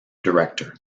director